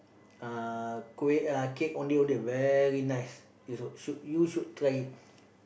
uh kueh uh cake Ondeh-Ondeh very nice you also should you should try it